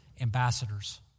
ambassadors